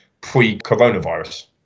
pre-coronavirus